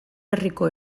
herriko